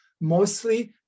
Mostly